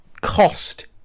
cost